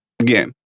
Again